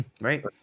Right